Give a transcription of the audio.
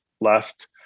left